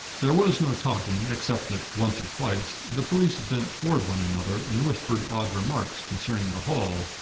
there was no talking, except that, once or twice, the police bent toward one another, and whispered odd remarks concerning the hall,